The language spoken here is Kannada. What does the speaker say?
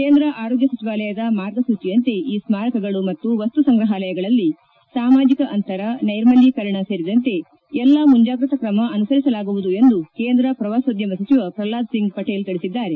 ಕೇಂದ್ರ ಆರೋಗ್ಯ ಸಚಿವಾಲಯದ ಮಾರ್ಗಸೂಚಿಯಂತೆ ಈ ಸ್ನಾರಕಗಳು ಮತ್ತು ವಸ್ತು ಸಂಗ್ರಹಾಲಯಗಳಲ್ಲಿ ಸಾಮಾಜಿಕ ಅಂತರ ನೈರ್ಮಲ್ಲೀಕರಣ ಸೇರಿದಂತೆ ಎಲ್ಲ ಮುಂಜಾಗ್ರತಾ ಕ್ರಮ ಅನುಸರಿಸಲಾಗುವುದು ಎಂದು ಕೇಂದ್ರ ಪ್ರವಾಸೋದ್ಲಮ ಸಚಿವ ಪ್ರಲ್ವಾದ್ ಸಿಂಗ್ ಪಟೇಲ್ ತಿಳಿಸಿದ್ದಾರೆ